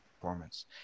performance